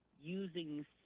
using